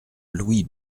louis